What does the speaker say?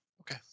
Okay